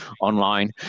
online